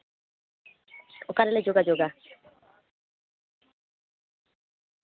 ᱚᱠᱟᱨᱮᱞᱮ ᱡᱳᱜᱟᱡᱳᱜᱟ